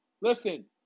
Listen